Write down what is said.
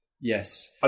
Yes